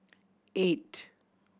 eight